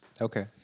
Okay